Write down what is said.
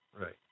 right